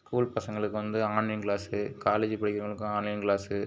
school பசங்களுக்கு வந்து online class college படிக்கிறவங்களுக்கும் ஆன்லைன் க்ளாஸு